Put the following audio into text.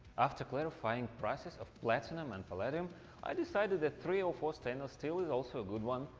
after clarifying prices of platinum and palladium i decided that three o four stainless steel is also a good one.